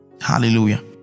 Hallelujah